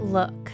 Look